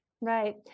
Right